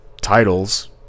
titles